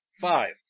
Five